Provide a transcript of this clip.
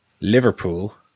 Liverpool